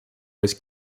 was